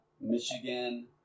Michigan